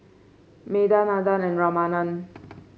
Medha Nandan and Ramanand